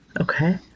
Okay